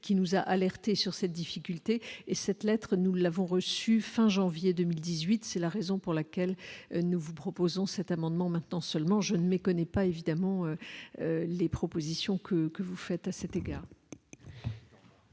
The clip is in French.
qui nous a alerté sur cette difficulté et cette lettre, nous l'avons reçu fin janvier 2018, c'est la raison pour laquelle, nous vous proposons cet amendement maintenant seulement, je ne méconnais pas évidemment les propositions que vous faites à cet égard.